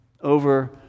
over